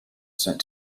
sent